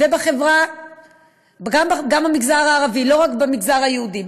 לא רק במגזר היהודי,